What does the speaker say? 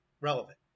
relevant